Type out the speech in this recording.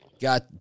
Got